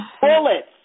bullets